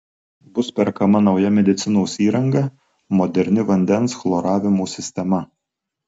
bus perkama nauja medicinos įranga moderni vandens chloravimo sistema